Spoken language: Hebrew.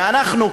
ואנחנו,